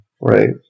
Right